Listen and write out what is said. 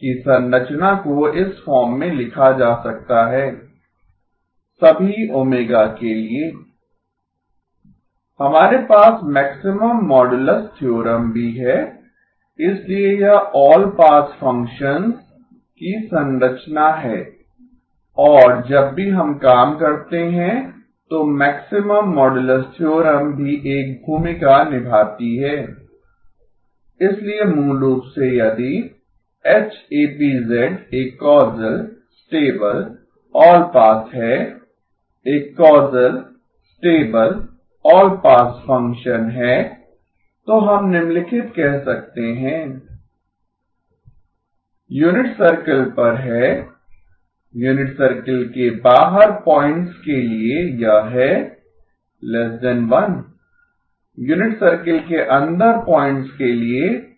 की संरचना को इस फॉर्म में लिखा जा सकता है सभी ω के लिए हमारे पास मैक्सिमम मोडूलस थ्योरम भी है इसलिए यह ऑल पास फ़ंक्शंस की संरचना है और जब भी हम काम करते हैं तो मैक्सिमम मोडूलस थ्योरम भी एक भूमिका निभाती है इसलिए मूल रूप से यदि Hap एक causal stable all pass causal stable allpass है एक causal stable all pass function causal stable allpass function है तो हम निम्नलिखित कह सकते हैं ¿Hap ∨¿1 यूनिट सर्किल पर है यूनिट सर्किल के बाहर पॉइंट्स के लिए यह है 1 यूनिट सर्किल के अंदर पॉइंट्स के लिए 1 है